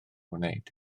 wneud